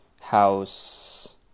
house